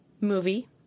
movie